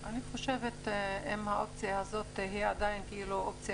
אני חושבת שאם האופציה הזו תהיה עדיין אופציה